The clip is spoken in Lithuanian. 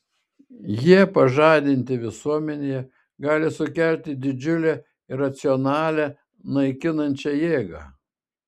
jie pažadinti visuomenėje gali sukelti didžiulę iracionalią naikinančią jėgą